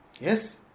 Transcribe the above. Yes